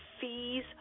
fees